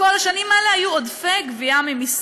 בכל השנים האלה היו עודפי גבייה ממיסים.